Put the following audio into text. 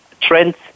trends